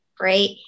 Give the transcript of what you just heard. right